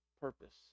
purpose